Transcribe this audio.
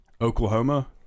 Oklahoma